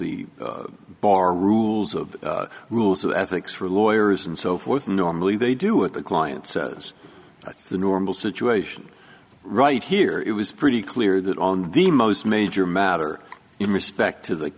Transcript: the bar rules of rules of ethics for lawyers and so forth normally they do it the client says that's the normal situation right here it was pretty clear that on the most major matter in respect to the